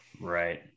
Right